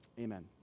Amen